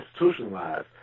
institutionalized